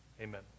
Amen